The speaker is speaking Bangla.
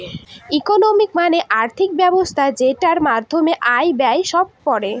ইকোনমি মানে আর্থিক ব্যবস্থা যেটার মধ্যে আয়, ব্যয় সব পড়ে